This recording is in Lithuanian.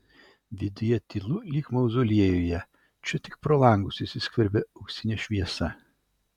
viduje tylu lyg mauzoliejuje tik čia pro langus įsiskverbia auksinė šviesa